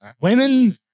Women